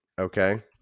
Okay